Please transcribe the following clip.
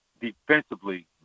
defensively